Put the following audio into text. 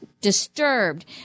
disturbed